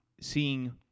seeing